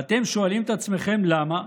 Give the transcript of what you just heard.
ואתם שואלים את עצמכם למה?